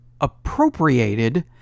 appropriated